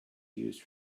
used